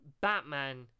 Batman